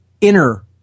inner